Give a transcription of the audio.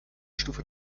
stufe